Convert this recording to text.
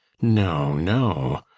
no! no!